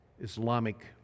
Islamic